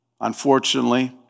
unfortunately